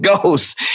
goes